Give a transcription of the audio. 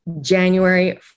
January